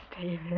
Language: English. David